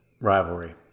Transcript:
rivalry